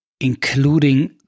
including